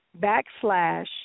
backslash